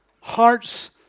hearts